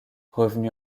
revenu